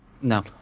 No